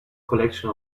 collection